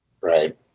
Right